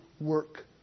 work